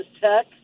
Tech